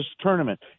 tournament